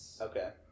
Okay